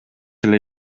эле